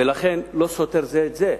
ולכן זה לא סותר זה את זה,